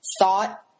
thought